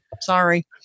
sorry